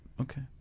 Okay